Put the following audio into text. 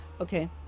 Okay